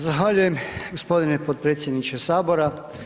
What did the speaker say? Zahvaljujem gospodine potpredsjedniče Sabora.